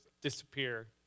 disappear